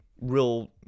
real